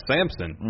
Samson